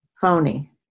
phony